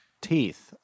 teeth